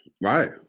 Right